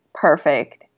perfect